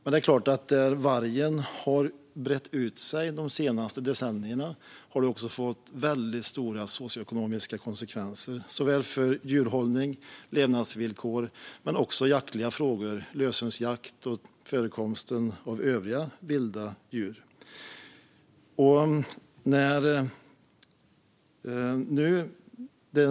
Där vargen har brett ut sig de senaste decennierna har det fått väldigt stora socioekonomiska konsekvenser, såväl för djurhållning och levnadsvillkor som för jaktliga frågor - löshundsjakt och förekomst av övriga vilda djur.